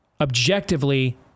objectively